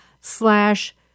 slash